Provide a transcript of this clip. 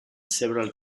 several